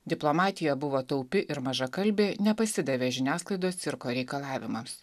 diplomatija buvo taupi ir mažakalbė nepasidavė žiniasklaidos cirko reikalavimams